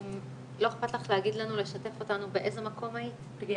אם לא אכפת לך לשתף אותנו באיזה מקום היית.